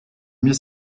mieux